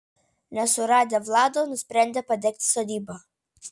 nesuradę vlado nusprendė padegti sodybą